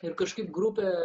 ir kažkaip grupė